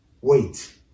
Wait